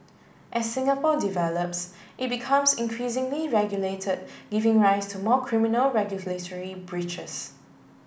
as Singapore develops it becomes increasingly regulated giving rise to more criminal regulatory breaches